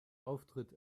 auftritt